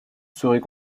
serait